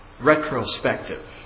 retrospective